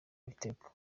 ibitego